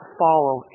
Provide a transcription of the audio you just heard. follow